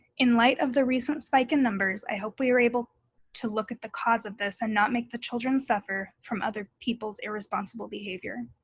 in light of the recent spike in numbers, i hope we are able to look at the cause of this and not make the children suffer from other peoples' irresponsible behavior.